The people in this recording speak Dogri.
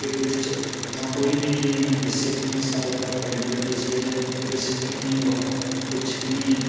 क्रिकेट च जां कोई बी गेम ऐ डिसिप्लिन सारे कोला बड़ी बड्डी चीज ऐ अगर डिसिप्लिन निं होग तां कुछ बी निं ऐ